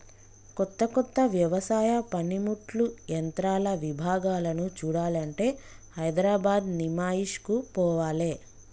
కొత్త కొత్త వ్యవసాయ పనిముట్లు యంత్రాల విభాగాలను చూడాలంటే హైదరాబాద్ నిమాయిష్ కు పోవాలే